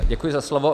Děkuji za slovo.